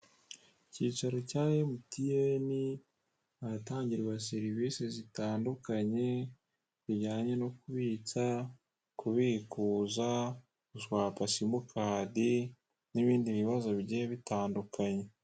Ikicaro cya emutiyeni, ahatangirwa serivise zitandukanye, zijyanye no kubitsa, kubikuza, guswapa simukadi, n'ibindi bibazo bigiye bitandukanye.